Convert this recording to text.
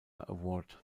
award